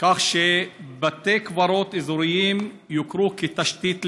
כך שבתי קברות אזוריים יוכרו כתשתית לאומית.